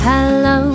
Hello